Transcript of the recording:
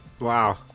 wow